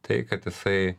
tai kad jisai